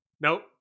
Nope